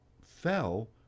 fell